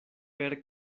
per